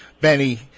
Benny